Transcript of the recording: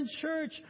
church